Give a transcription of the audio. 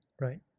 right